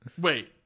Wait